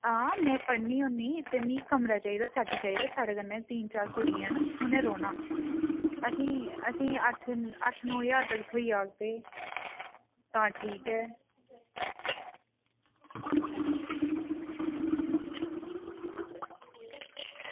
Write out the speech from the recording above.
आं में पढ़नी होनी ते मिगी कमरा चाहिदा सेट चाहिदा साढ़ कन्नै तीन चार कुड़ियां न उनें रौह्ना असें ई अट्ठ नौ ज्हार तगर थ्होई जाह्ग ते तां ठीक ऐ